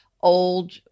old